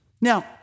Now